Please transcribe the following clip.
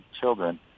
children